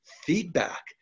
feedback